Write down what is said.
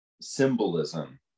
symbolism